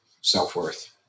self-worth